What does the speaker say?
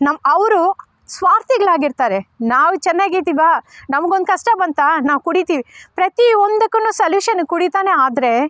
ನಮ್ಮ ಅವರು ಸ್ವಾರ್ಥಿಗಳಾಗಿರ್ತಾರೆ ನಾವು ಚೆನ್ನಾಗಿದ್ದೀವಾ ನಮ್ಗೊಂದು ಕಷ್ಟ ಬಂತ ನಾವು ಕುಡಿತೀವಿ ಪ್ರತಿಯೊಂದುಕ್ಕು ಸಲ್ಯೂಷನ್ ಕುಡಿತ ಆದರೆ